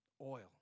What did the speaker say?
oil